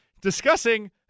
discussing